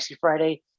Friday